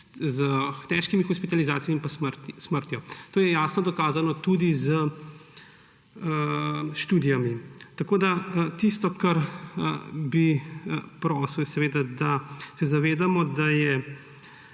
s težkimi hospitalizacijami in smrtjo. To je jasno dokazano tudi s študijami. Tisto, kar bi prosil, je, da se zavedamo, da je